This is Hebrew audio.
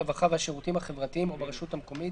הרווחה והשירותים החברתיים או ברשות מקומית